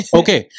okay